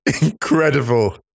incredible